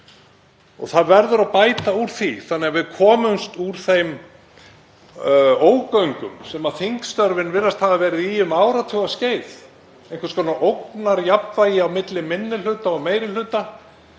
Það verður að bæta úr því þannig að við komumst úr þeim ógöngum sem þingstörfin virðast hafa verið í um áratugaskeið, einhvers konar ógnarjafnvægi á milli minni hluta og meiri hluta.